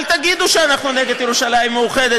אל תגידו שאנחנו נגד ירושלים מאוחדת,